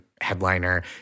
headliner